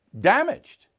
damaged